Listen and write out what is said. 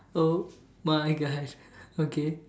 oh my gosh okay